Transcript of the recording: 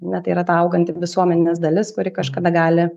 ar ne tai yra ta auganti visuomenės dalis kuri kažkada gali